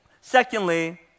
secondly